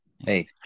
Hey